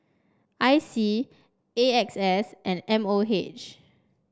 I C A X S and M O H